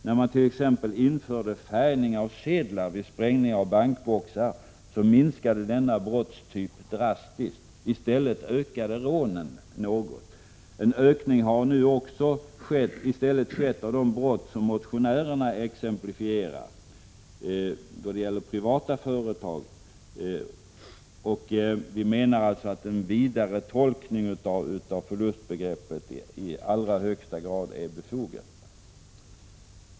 När man t.ex. införde färgning av sedlar vid sprängning av bankboxar minskade denna brottstyp drastiskt. I stället ökade rånen något. En ökning har nu också skett av de brott då det gäller privata företag som motionärerna har exemplifierat. En vidare tolkning är enligt vår mening i högsta grad befogad.